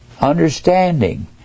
Understanding